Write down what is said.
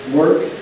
work